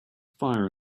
fire